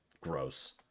gross